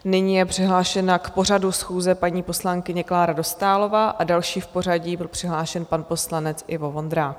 Nyní je přihlášena k pořadu schůze paní poslankyně Klára Dostálová a další v pořadí byl přihlášen pan poslanec Ivo Vondrák.